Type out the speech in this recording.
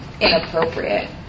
inappropriate